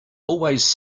always